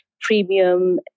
premium